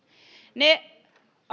ne